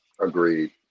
Agreed